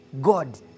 God